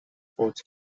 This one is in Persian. فوت